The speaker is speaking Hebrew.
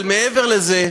אבל מעבר לזה,